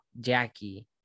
Jackie